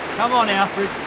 come on alfred